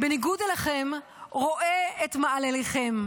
בניגוד אליכם, רואה את מעלליכם.